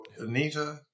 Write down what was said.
Anita